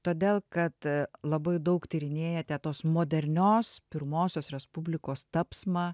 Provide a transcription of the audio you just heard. todėl kad labai daug tyrinėjate tos modernios pirmosios respublikos tapsmą